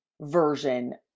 Version